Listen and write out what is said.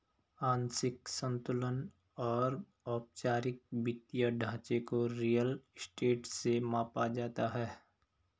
आंशिक संतुलन और औपचारिक वित्तीय ढांचे को रियल स्टेट से मापा जाता है